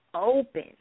open